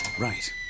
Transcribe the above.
right